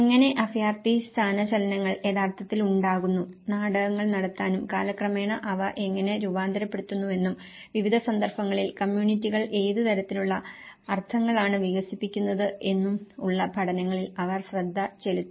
എങ്ങനെ അഭയാർത്ഥി സ്ഥാനചലനങ്ങൾ യഥാർത്ഥത്തിൽ ഉണ്ടാകുന്നു നാടകങ്ങൾ നടത്താനും കാലക്രമേണ അവ എങ്ങനെ രൂപാന്തരപ്പെടുന്നുവെന്നും വിവിധ സന്ദർഭങ്ങളിൽ കമ്മ്യൂണിറ്റികൾ ഏത് തരത്തിലുള്ള അർത്ഥങ്ങളാണ് വികസിപ്പിക്കുന്നത് എന്നും ഉള്ള പഠനങ്ങളിൽ അവൾ ശ്രദ്ധ ചെലുത്തി